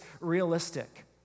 realistic